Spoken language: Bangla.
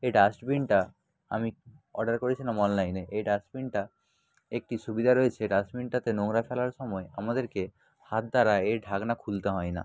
এই ডাস্টবিনটা আমি অর্ডার করেছিলাম অনলাইনে এই ডাস্টবিনটা একটি সুবিধা রয়েছে ডাস্টবিনটাতে নোংরা ফেলার সময় আমাদেরকে হাত দ্বারা এই ঢাকনা খুলতে হয় না